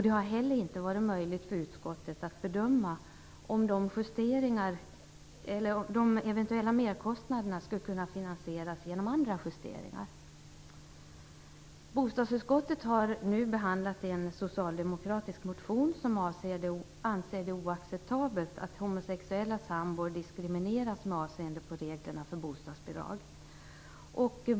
Det har inte heller varit möjligt för utskottet att bedöma om de eventuella merkostnaderna skulle kunna finansieras genom andra justeringar. Bostadsutskottet har nu behandlat en socialdemokratisk motion som anser det oacceptabelt att homosexuella sambor diskrimineras med avseende på reglerna för bostadsbidrag.